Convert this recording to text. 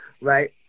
right